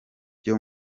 ryo